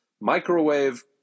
microwave